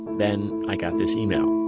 then i got this email